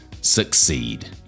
succeed